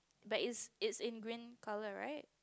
but is it's in green color right